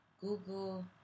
Google